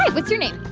what's your name?